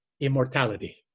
Immortality